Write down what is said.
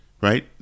right